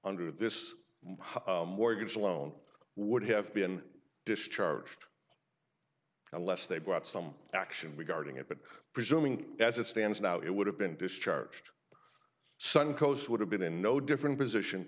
under this mortgage loan would have been discharged unless they brought some action regarding it but presuming as it stands now it would have been discharged suncoast would have been in no different position